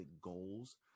goals